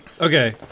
okay